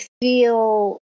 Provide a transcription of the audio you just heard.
feel